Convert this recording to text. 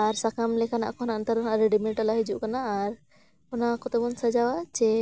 ᱟᱨ ᱥᱟᱠᱟᱢ ᱞᱮᱠᱟᱱᱟᱜ ᱠᱷᱚᱱᱟᱜ ᱚᱱᱛᱮ ᱨᱮᱱᱟᱜ ᱨᱮᱰᱤᱢᱮᱰ ᱵᱟᱞᱟᱭ ᱦᱤᱡᱩᱜ ᱠᱟᱱᱟ ᱟᱨ ᱚᱱᱟ ᱠᱚᱛᱮ ᱵᱚᱱ ᱥᱟᱡᱟᱣᱟ ᱡᱮ